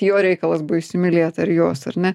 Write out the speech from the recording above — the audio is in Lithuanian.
jo reikalas buvo įsimylėt ar jos ar ne